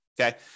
Okay